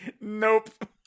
nope